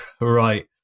right